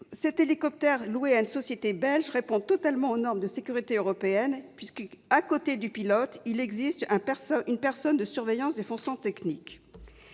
cet hélicoptère, loué à une société belge, répond totalement aux normes de sécurité européennes, puisqu'une personne de surveillance des fonctions techniques